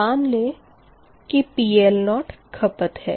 मान लें कि PL0 खपत है